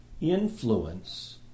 influence